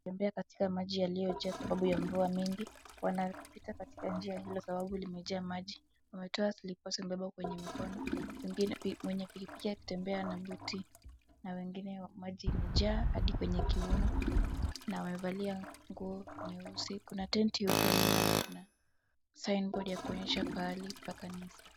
Wanatembea katika maji yaliyojaa sababu ya mvua mingi, wanapita katika njia hiyo sababu imejaa maji. Wametoa slipasi wamebeba kwenye mikono mwenye pikipiki akitembea na buti na wengine maji imejaa hadi penye kiuno na wamevalia nguo nyeusi. Kuna tenti huko nyuma na kuna signboard ya kuonyesha pahali pa kanisa.